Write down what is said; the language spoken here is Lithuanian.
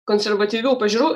konservatyvių pažiūrų